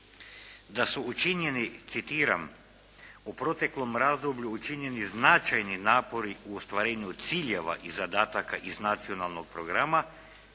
da su učinjeni citiram: “u proteklom razdoblju učinjeni značajni napori u ostvarenju ciljeva i zadataka iz nacionalnog programa